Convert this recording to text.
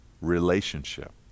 relationship